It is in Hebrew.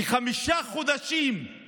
כי חמישה חודשים הוא